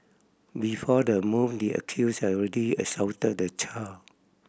before the move the accused had already assaulted the child